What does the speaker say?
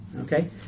okay